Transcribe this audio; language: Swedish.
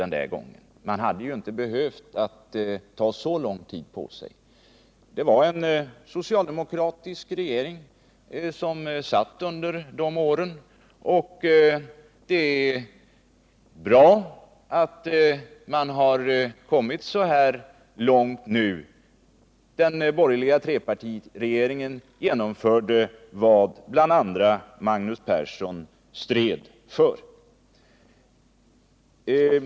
Man hade inte behövt ta så lång tid på sig. Men det var en socialdemokratisk regering som satt under dessa år. Det är bra att man nu kommit så här långt. Den borgerliga trepartiregeringen genomförde vad bl.a. Magnus Persson stred för.